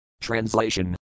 Translation